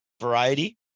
variety